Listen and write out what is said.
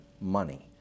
money